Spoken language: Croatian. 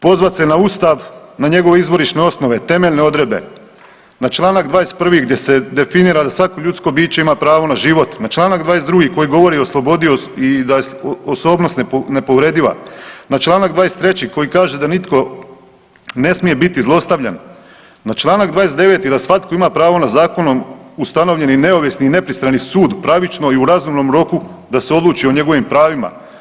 Pozvat se na ustav, na njegove izvorišne osnove, temeljne odredbe, na čl. 21. gdje se definira da svako ljudsko biće ima pravo na život, na čl. 22. koji govori o slobodi i da je osobnost nepovrediva, na čl. 23. koji kaže da nitko ne smije biti zlostavljan, na čl. 29. da svatko ima pravo na zakonom ustavljeni neovisni i nepristrani sud pravično i u razumnom roku da se odluči o njegovim pravima.